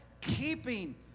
keeping